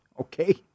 okay